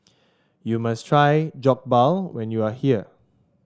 you must try Jokbal when you are here